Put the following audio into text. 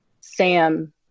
Sam